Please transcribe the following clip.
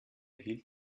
hielt